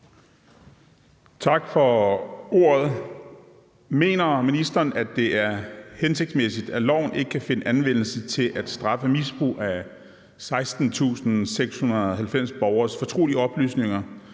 Benli (SF): Mener ministeren, at det er hensigtsmæssigt, at loven ikke kan finde anvendelse til at straffe misbrug af 16.690 borgeres fortrolige oplysninger,